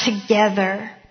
together